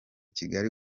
kigali